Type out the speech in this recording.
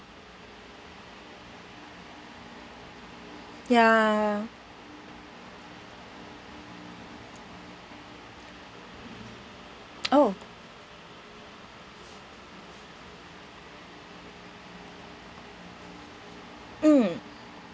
ya oh mm